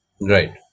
Right